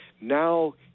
Now